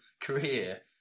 career